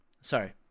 Sorry